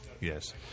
Yes